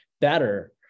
better